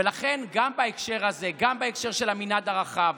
ולכן, גם בהקשר הזה, גם בהקשר של המנעד הרחב,